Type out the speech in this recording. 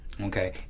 Okay